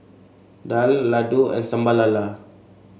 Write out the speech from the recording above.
daal laddu and Sambal Lala